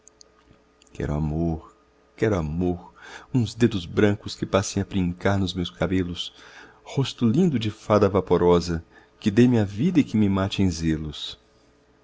quero amor quero amor uns dedos brancos que passem a brincar nos meus cabelos rosto lindo de fada vaporosa que dê-me vida e que me mate em zelos